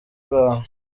rwanda